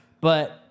but-